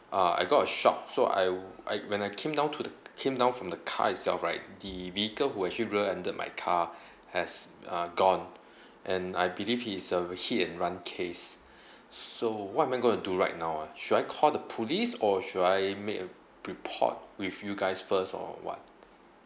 uh I got a shock so I I when I came down to came down from the car itself right the vehicle who actually rear-ended my car has uh gone and I believe he's a hit and run case so what am I going to do right now ah should I call the police or should I make a report with you guys first or what